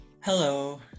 Hello